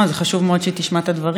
זה חשוב מאוד שהיא תשמע את הדברים,